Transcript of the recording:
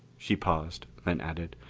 she paused, then added,